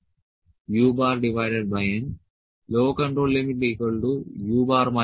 L u3un L